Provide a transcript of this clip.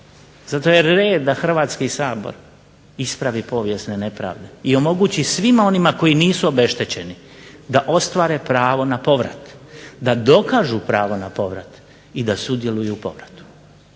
zato je red da Hrvatski sabor ispravi povijesne nepravde i omogući svima onima koji nisu obeštećeni da ostvare pravo na povrat, da dokažu pravo na povrat i da sudjeluju u povratu.